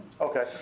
Okay